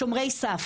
'שומרי סף',